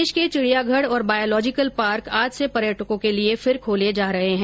प्रदेश के चिड़ियाघर और बायोलोजिकल पार्क आज से पर्यटकों के लिए फिर खोले जा रहे है